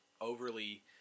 overly